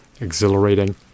exhilarating